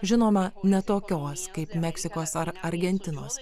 žinoma ne tokios kaip meksikos ar argentinos